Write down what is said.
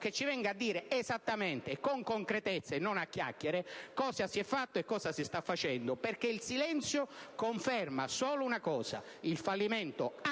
che ci venisse a dire esattamente e con concretezza, e non a chiacchiere, cosa si è fatto e cosa si sta facendo, perché il silenzio conferma solo il fallimento, anche